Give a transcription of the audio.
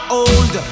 old